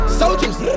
soldiers